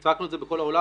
צעקנו את זה בכל העולם.